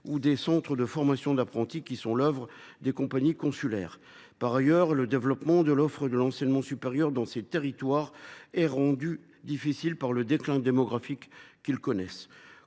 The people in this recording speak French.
des centres de formation d’apprentis gérés par les chambres consulaires. Par ailleurs, le développement de l’offre d’enseignement supérieur dans ces territoires est rendu difficile par le déclin démographique qui y a cours.